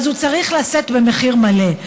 ואז הוא צריך לשאת במחיר מלא.